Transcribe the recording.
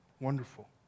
Wonderful